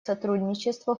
сотрудничество